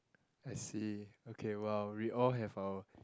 I see okay !wow! we all have our